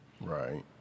Right